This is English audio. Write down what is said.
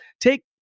take